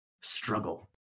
Struggle